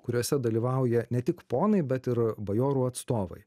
kuriuose dalyvauja ne tik ponai bet ir bajorų atstovai